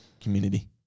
community